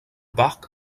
parc